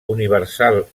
universal